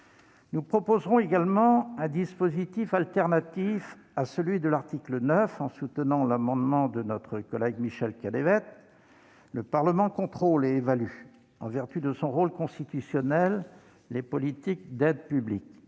Nous proposerons également un dispositif alternatif à celui de l'article 9, en soutenant l'amendement de notre collègue Michel Canévet. Le Parlement contrôle et évalue, en vertu de son rôle constitutionnel, les politiques d'aides publiques.